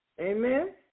Amen